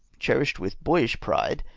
cherished with bojrish pride,